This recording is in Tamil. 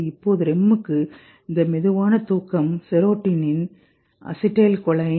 இப்போது REM க்கு இந்த மெதுவான தூக்கம் செரோடோனின் அசிடைல் கோலின்